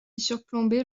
surplombait